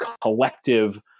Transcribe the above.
collective